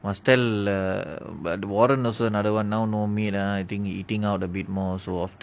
must tell err but warden also another one now no meal I think eating out a bit more so often